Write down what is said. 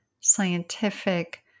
scientific